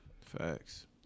Facts